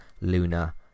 Luna